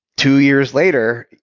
two years later,